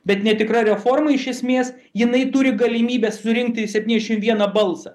bet netikra reforma iš esmės jinai turi galimybę surinkti septyniasdešimt vieną balsą